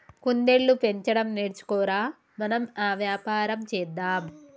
కుందేళ్లు పెంచడం నేర్చుకో ర, మనం ఆ వ్యాపారం చేద్దాం